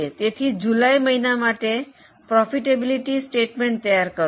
તેથી જુલાઈ મહિના માટે નફાકારકતા પત્રકો તૈયાર કરો